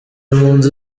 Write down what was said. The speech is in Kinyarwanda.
mpunzi